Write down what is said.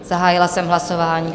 Zahájila jsem hlasování.